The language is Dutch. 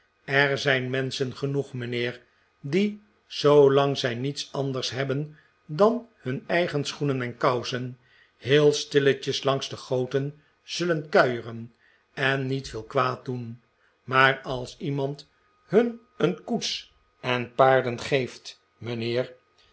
er zijn menschen genoeg mijnheer die zoolang zij niets anders hebben dan hun eigeh schoenen en kousen heel stilletjes langs de goten zullen kuieren en niet veel kwaad doen maar als iemand hun een koets en paarden geeft mijnheer